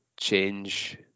change